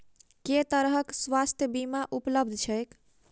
केँ तरहक स्वास्थ्य बीमा उपलब्ध छैक?